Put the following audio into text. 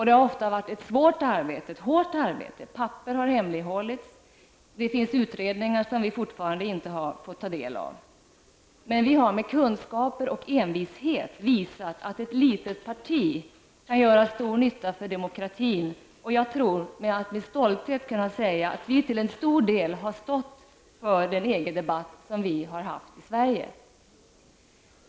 Det har ofta varit ett svårt arbete, ett hårt arbete. Papper har hemlighållits. Det finns utredningar som vi fortfarande inte har fått ta del av. Men vi har med kunskaper och envishet visat att ett litet parti kan göra stor nytta för demokratin. Jag tror mig med stolthet kunna säga att vi till en stor del har stått för den EG-debatt som förts i Sverige.